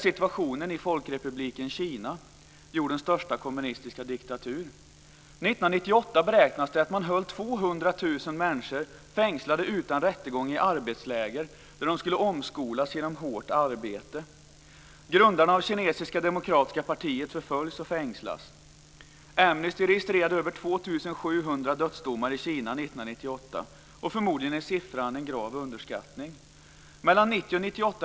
Det beräknas att man 1998 höll 200 000 människor fängslade utan rättegång i arbetsläger där de skulle omskolas genom hårt arbete. Grundarna av det kinesiska demokratiska partiet förföljs och fängslas. 1998. Förmodligen är siffran en grav underskattning.